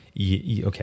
Okay